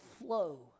flow